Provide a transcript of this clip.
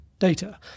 data